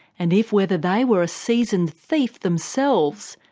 and, if whether they were a seasoned thief themselves,